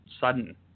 sudden